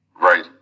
Right